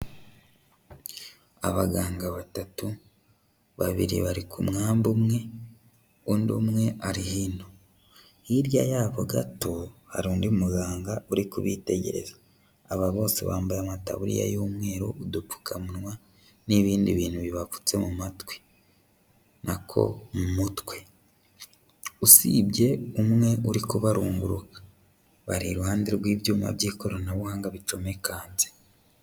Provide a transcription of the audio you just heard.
Abaganga batatu, babiri bari ku mwamba umwe, undi umwe ari hino. Hirya yabo gato hari undi muganga uri kubitegereza. Aba bose bambaye amataburiya y'umweru, udupfukamunwa n'ibindi bintu bibapfutse mu matwi nako mutwe usibye umwe uri kubarunguruka, bari iruhande rw'ibyuma by'ikoranabuhanga bicomekanze.